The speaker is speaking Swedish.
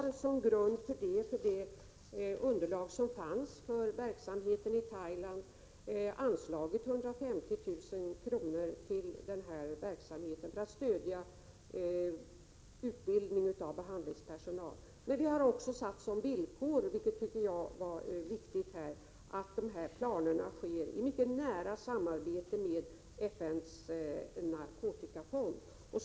På den grunden och med det underlag som fanns beträffande verksamheten i Thailand har vi anslagit 150 000 kr. till verksamheten för att stödja utbildning av behandlingsperso u nal. Vi satte därvid som villkor — vilket jag tycker är viktigt i sammanhanget — att de planer man hade skulle genomföras i mycket nära samarbete med FN:s — Prot. 1986/87:71 narkotikafond.